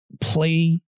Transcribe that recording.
play